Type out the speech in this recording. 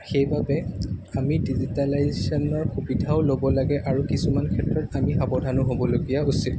সেইবাবে আমি ডিজিটেলাইজেশ্যনৰ সুবিধাওঁ লাগে আৰু কিছুমান ক্ষেত্ৰত আমি সাৱধানো ল'বলগীয়া উচিত